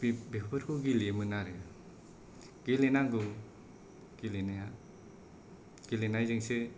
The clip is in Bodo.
बेफोरखौ गेलेयोमोन आरो गेलेनांगौ गेलेनाया गेलेनायजोंसो